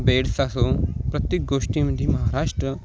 beds असो प्रत्येक गोष्टी म्हणजे महाराष्ट्र